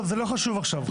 זה לא חשוב עכשיו.